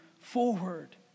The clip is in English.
forward